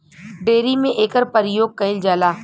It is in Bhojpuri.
डेयरी में एकर परियोग कईल जाला